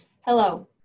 Hello